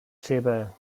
seva